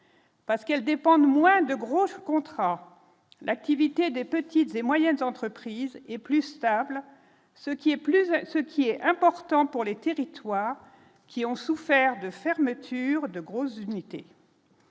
Parce qu'elles dépendent moins de gros contrats, l'activité des petites et moyennes entreprises et plus stable, ce qui est plus, ce qui est important pour les territoires qui ont souffert de fermeture de grosses unités.